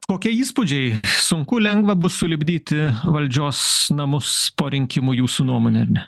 kokie įspūdžiai sunku lengva bus sulipdyti valdžios namus po rinkimų jūsų nuomone ar ne